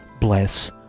bless